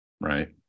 Right